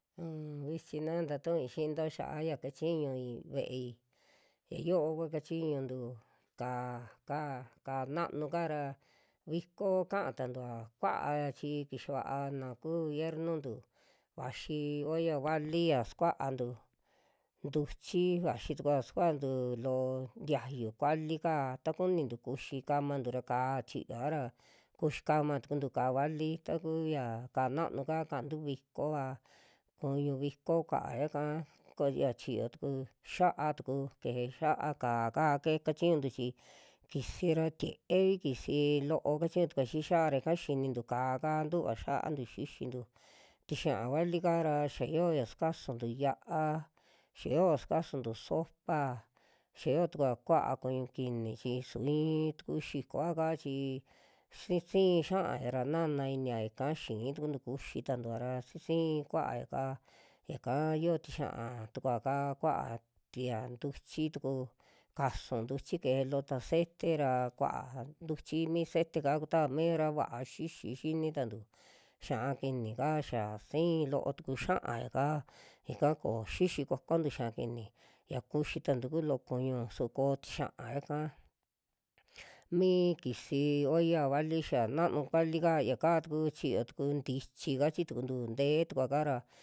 Un vichi na ntatu'ui xinto xiaa ya kachiñui ve'ei, ya yo'o kua kachiñuntu ka'á ka, kaká nanu kaara viko kaa tantua kua'a chi kixa vaa na ku viernontu vaxi olla vali ya sukuantu ntuchi, vaxi tukua sukuantu loo tiayu kuali'ka ta kunintu kuxi kamantu ra ka'á chiyoa ra, kuxi kama tukuntu ka'á vali, taku ya ka'á nanu'ka kaantu vikova, kuñu viko kuaya ka ko chiyo tuku xiaa tuku, keje xiaa ka'á ke kachiñuntu chi kisi ra tie'evi kisi loo kachiñu tukua xii xiaa ra yaka xinitu ka'á ka ntuva xiaantu xixintu, tixia vali'ka ra xa yio ya sukasu yia'a, xa yioa sakasuntu sopa, xa yotukua kua'a kuñu kini chi su i'i tuku xikoa kaa chi sin si xiaña ra nana inia, yaka xi'i tukuntu kuxi tantua ra si, si si kuaya'ka yaka yio tixia tukua kaa kua'a, tia ntuchi tuku kasu ntuchi keje loo'ta sete ra kua ntuchi, mi sete'ka kuta miira vaa xixi xi'ini tantu, xia'a kini kaa xa si'i loo tuku xiaya'ka ika koo xixi kuakuantu xia'a kini, ya kuxi tantu ku loo kuñu su koo tixiaya'ka mi kisi olla vali xa nanu kuali'ka yaka tuku chiyo, tuku ntichi kachi tukuntu te'e tukua kaa ra.